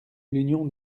l’union